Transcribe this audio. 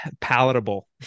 palatable